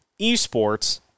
eSports